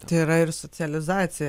tai yra ir socializacija